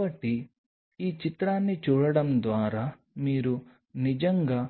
కాబట్టి ఈ చిత్రాన్ని చూడటం ద్వారా మీరు నిజంగా